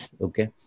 Okay